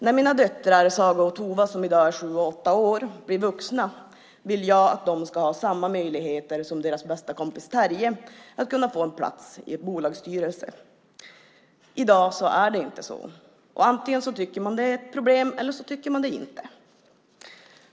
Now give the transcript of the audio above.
När mina döttrar, Saga och Tova som är i dag är sju och åtta år, blir vuxna vill jag att de ska ha samma möjligheter som deras bästa kompis Terje att kunna få en plats i en bolagsstyrelse. I dag är det inte så. Antingen tycker man att det är ett problem eller så tycker man det inte.